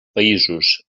països